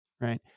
Right